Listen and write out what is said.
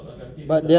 faham